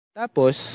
tapos